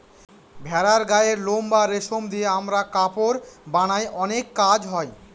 ভেড়ার গায়ের লোম বা রেশম দিয়ে আমরা কাপড় বানায় অনেক কাজ হয়